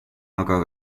aga